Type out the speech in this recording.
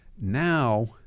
Now